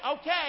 okay